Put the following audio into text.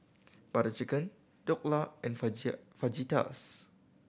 Butter Chicken Dhokla and Fajitas